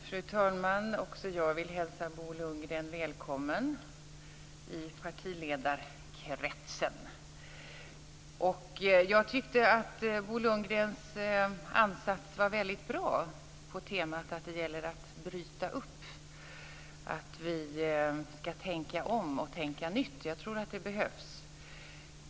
Fru talman! Också jag vill hälsa Bo Lundgren välkommen i partiledarkretsen. Jag tyckte att Bo Lundgrens ansats var väldigt bra på temat att det gäller att bryta upp, att vi ska tänka om och tänka nytt. Jag tror att det behövs.